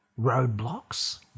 roadblocks